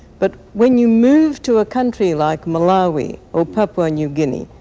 but when you move to a country like malawi or papua, new guinea,